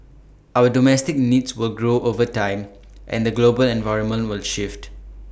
our domestic needs will grow over time and the global environment will shift